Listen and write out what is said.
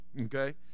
Okay